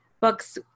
books